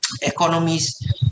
economies